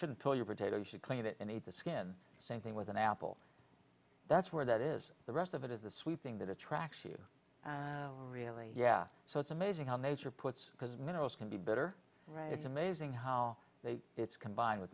shouldn't tell your potato should clean it and eat the skin same thing with an apple that's where that is the rest of it is the sweet thing that attracts you really yeah so it's amazing how nature puts because minerals can be better right it's amazing how they it's combined with